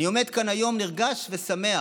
אני עומד כאן היום נרגש ושמח.